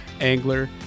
angler